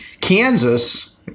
kansas